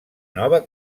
nova